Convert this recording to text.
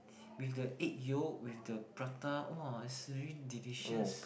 with the egg yolk with the prata whoa is really delicious